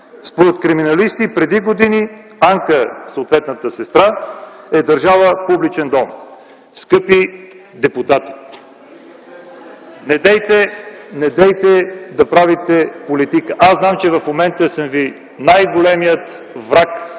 Според криминалисти преди години Анка, съответната сестра, е държала публичен дом”. Скъпи депутати, недейте да правите политика! Аз знам, че в момента съм ви най-големият враг,